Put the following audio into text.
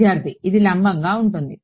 విద్యార్థి ఇది లంబంగా ఉంటుంది